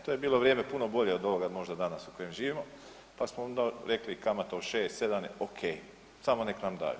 To je bilo vrijeme puno bolje od ovoga možda danas u kojemu živimo, pa smo onda rekli kamata od 6-7 je okej, samo nek nam daju.